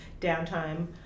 downtime